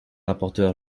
rapporteur